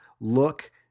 look